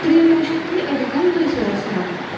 त्रयोविंशत्यधिकद्विसहस्रम्